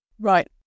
Right